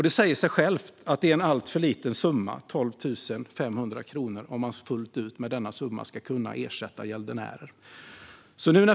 Det säger sig självt att 12 500 kronor är en alltför liten summa om man fullt ut ska kunna ersätta gäldenärer.